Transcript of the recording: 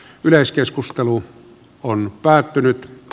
yleiskeskustelu on päättynyt